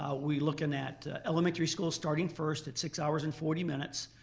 ah we're looking at elementary schools starting first at six hours and forty minutes.